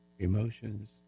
Emotions